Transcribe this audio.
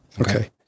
Okay